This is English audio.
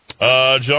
John